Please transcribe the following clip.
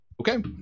Okay